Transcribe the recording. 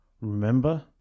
Remember